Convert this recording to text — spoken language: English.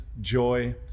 Joy